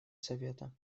совета